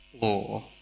law